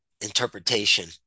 interpretation